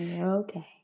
Okay